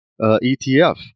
ETF